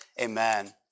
amen